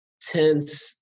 tense